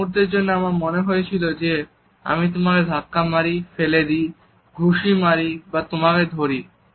এক মুহুর্তের জন্য আমার মনে হচ্ছিল যে আমি তোমাকে ধাক্কা মারি ফেলে দিই ঘুসি মারি বা তোমাকে ধরি